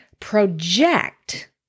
project